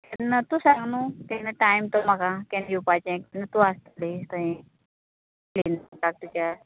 ना तूं सांग न्हू केन्ना टायम तो म्हाका केन्ना येवपाचे तूं आसतले थंय थंय क्लिनिकांक तुज्या